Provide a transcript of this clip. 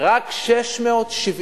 אני אשמח.